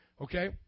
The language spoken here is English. Okay